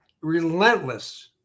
relentless